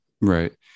Right